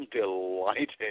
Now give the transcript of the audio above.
delighted